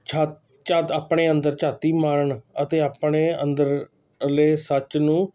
ਸ਼ਾ ਝਾਤ ਆਪਣੇ ਅੰਦਰ ਝਾਤੀ ਮਾਰਨ ਅਤੇ ਆਪਣੇ ਅੰਦਰਲੇ ਸੱਚ ਨੂੰ